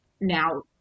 now